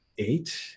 Eight